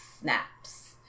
snaps